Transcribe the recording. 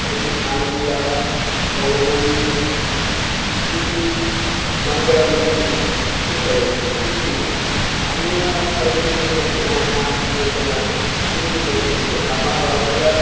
तर्हि आन्ध्रीयाः पौर्णमीतिथिः मङ्गळमिति चिन्तयन्ति किन्तु अन्यप्रदेशीयजनाः केचन किं चिन्तयन्ति इत्युक्ते अमावास्या